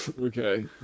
okay